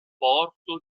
porto